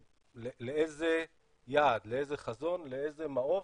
לאיזה יעד, לאיזה חזון, לאיזה מעוף,